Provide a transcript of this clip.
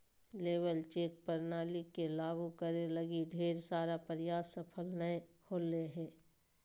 labour check प्रणाली के लागु करे लगी ढेर सारा प्रयास सफल नय होले हें